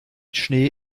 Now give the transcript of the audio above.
schnee